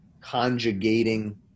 conjugating